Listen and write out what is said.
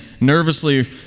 nervously